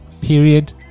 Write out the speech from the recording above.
period